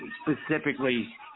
specifically